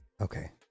okay